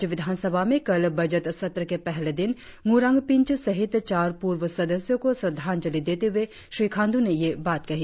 राज्य विधानसभा में कल बजट सत्र के पहले दिन ड्ररांग पींच सहित चार पूर्व सदस्यों को श्रद्धांजलि देते हुए श्री खाण्डू ने यह बात कही